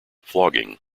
flogging